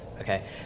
okay